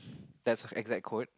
that's exact quote